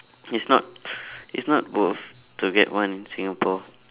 it's not it's not worth to get one singapore